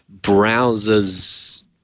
browsers